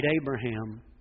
Abraham